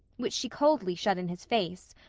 which she coldly shut in his face,